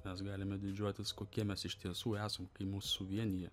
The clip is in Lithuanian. mes galime didžiuotis kokie mes iš tiesų esam kai mus suvienija